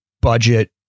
budget